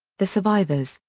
the survivors,